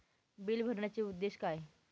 Bill भरण्याचे उद्देश काय?